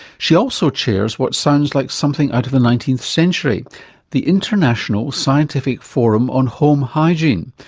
she also chairs what sounds like something out of the nineteenth century the international scientific forum on home hygiene.